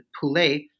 Poulet